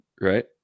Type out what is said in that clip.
right